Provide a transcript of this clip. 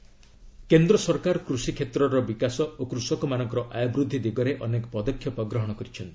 new farm ଆକୁ କେନ୍ଦ୍ର ସରକାର କୃଷିକ୍ଷେତ୍ରର ବିକାଶ ଓ କୃଷକମାନଙ୍କର ଆୟ ବୃଦ୍ଧି ଦିଗରେ ଅନେକ ପଦକ୍ଷେପ ଗ୍ରହଣ କରିଛନ୍ତି